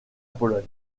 pologne